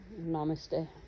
Namaste